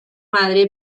madre